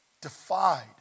defied